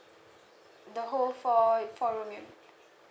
the whole four u~ four room unit